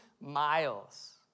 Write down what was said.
miles